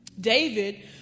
David